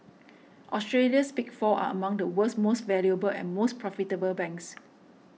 Australia's Big Four are among the world's most valuable and most profitable banks